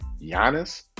Giannis